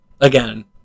Again